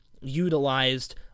utilized